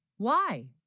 why